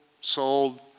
sold